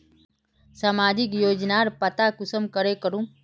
सामाजिक योजनार पता कुंसम करे करूम?